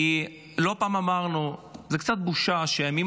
כי לא פעם אמרנו: זו קצת בושה שאת הימים